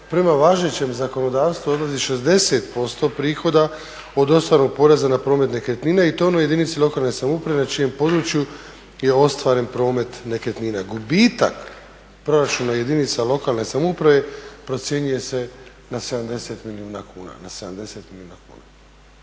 prema važećem zakonodavstvu odlazi 60% prihoda od ostvarenog poreza na promet nekretnina i to … jedinici lokalne samouprave na čijem području je ostvaren promet nekretnina. Gubitak proračuna jedinica lokalne samouprave procjenjuje se na 70 milijuna kuna.